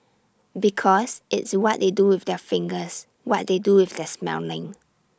because it's what they do with their fingers what they do with their smelling